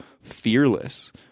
fearless